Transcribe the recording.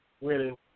winning